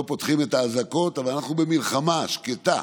לא פותחים את האזעקות, אבל אנחנו במלחמה שקטה,